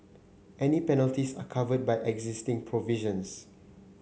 any penalties are covered by existing provisions